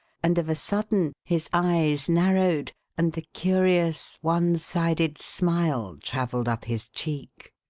and of a sudden his eyes narrowed, and the curious one-sided smile travelled up his cheek.